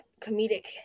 comedic